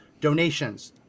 donations